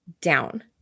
down